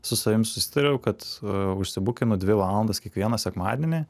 su savim susitariau kad užsibukinu dvi valandas kiekvieną sekmadienį